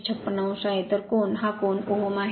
156o आहे तर कोन ओहम आहे